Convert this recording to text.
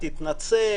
תתנצל,